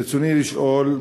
רצוני לשאול: